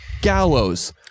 gallows